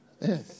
Yes